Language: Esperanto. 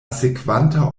sekvanta